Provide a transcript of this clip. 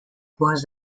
was